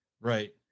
Right